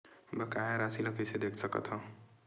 बकाया राशि ला कइसे देख सकत हान?